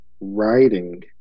writing